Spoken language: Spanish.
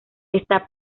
esta